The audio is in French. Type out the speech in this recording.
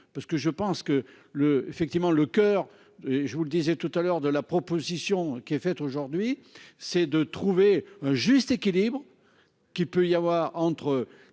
Parce que je pense que le effectivement le coeur, je vous le disais tout à l'heure de la proposition qui est faite aujourd'hui, c'est de trouver un juste équilibre, qu'il peut y avoir entre